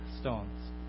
stones